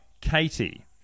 Katie